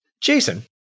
Jason